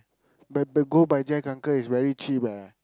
but the go by Jack uncle is very cheap ah